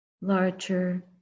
larger